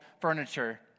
furniture